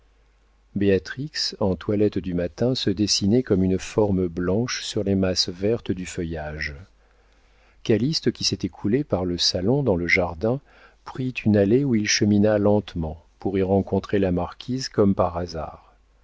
béatrix en toilette du matin se dessinait comme une forme blanche sur les masses vertes du feuillage calyste qui s'était coulé par le salon dans le jardin prit une allée où il chemina lentement pour y rencontrer la marquise comme par hasard